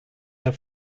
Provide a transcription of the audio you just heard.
der